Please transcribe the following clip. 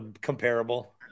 comparable